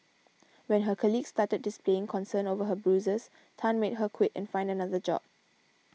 when her colleagues started displaying concern over her bruises Tan made her quit and find another job